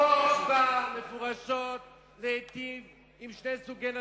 החוק בא מפורשות להטיב עם שני סוגי נשים: